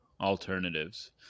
alternatives